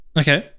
okay